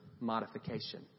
modification